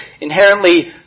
inherently